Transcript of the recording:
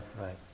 right